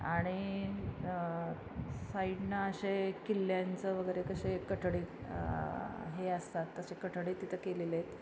आणि साईडनं असे किल्ल्यांचं वगैरे कसे कठडी हे असतात तशे कठडी तिथं केलेले आहेत